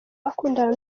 akundana